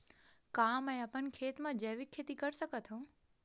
का मैं अपन खेत म जैविक खेती कर सकत हंव?